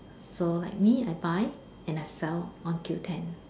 so like me I buy and I sell on Q ten